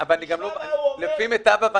כי אני רק מבקש להצמיד אץ הרכישה לשבח,